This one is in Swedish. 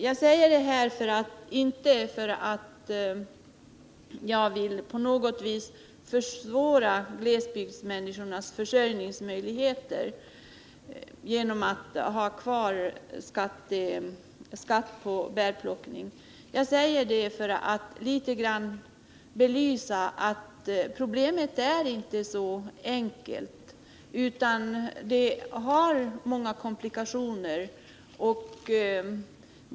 Jag säger inte detta för att jag på något vis vill försvåra glesbygdsmänniskornas försörjningsmöjligheter genom att skatten på bärplockning bibehålls. Jag säger det för att litet grand belysa att problemet inte är så enkelt, utan att det finns många komplikationer.